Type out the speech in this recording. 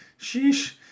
sheesh